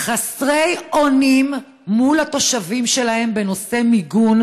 חסרי אונים מול התושבים שלהם בנושא מיגון,